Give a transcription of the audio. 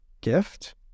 gift